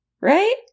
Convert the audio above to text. Right